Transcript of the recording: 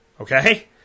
Okay